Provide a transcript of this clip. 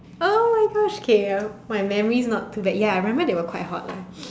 !oh-my-gosh! K my memory's not too bad ya I remember they were quite hot lah